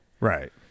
Right